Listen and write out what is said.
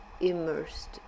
immersed